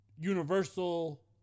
Universal